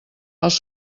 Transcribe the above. els